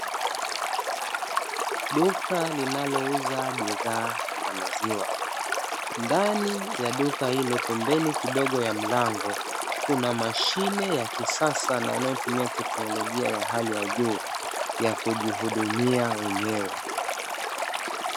Duka linalouza bidhaa za maziwa. Ndani ya duka hilo, pembeni kidogo ya mlango, kuna mashine ya kisasa na inayotumia teknolojia ya hali ya juu ya kujihudumia wenyewe.